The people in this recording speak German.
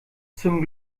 zum